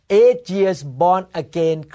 eight-years-born-again